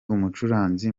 umucuranzi